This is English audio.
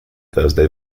thursday